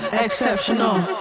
exceptional